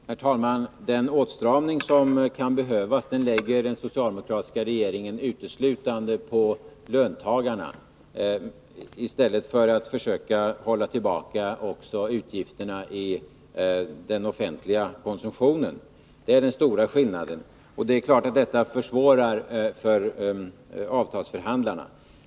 Herr talman! Den åtstramning som kan behövas lägger den socialdemokratiska regeringen uteslutande på löntagarna i stället för att försöka hålla tillbaka också utgifterna i den offentliga konsumtionen. Det är den stora skillnaden. Det är klart att detta försvårar för avtalsförhandlarna.